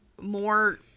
more